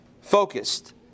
focused